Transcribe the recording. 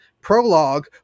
Prologue